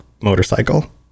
motorcycle